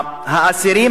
הובטח לאסירים,